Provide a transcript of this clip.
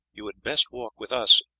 you had best walk with us.